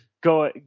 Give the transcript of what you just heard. go